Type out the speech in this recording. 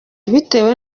bitewe